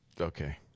Okay